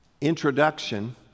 introduction